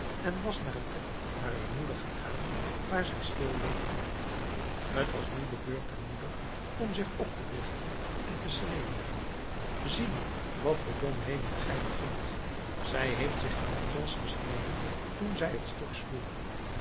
en was naar het bed harer moeder gegaan waar zij stil weende t was nu de beurt der moeder om zich op te richten en te schreeuwen zie nu wat voor domheden gij begint zij heeft zich aan het glas gesneden toen zij het stuk sloeg